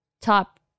top